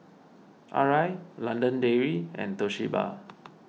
Arai London Dairy and Toshiba